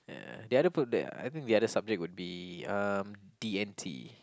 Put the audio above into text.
the other I think the other subject would be um D and T